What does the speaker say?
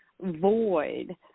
void